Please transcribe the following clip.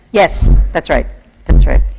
yes! that's right, that's right.